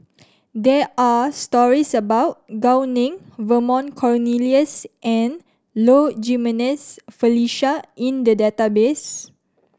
there are stories about Gao Ning Vernon Cornelius and Low Jimenez Felicia in the database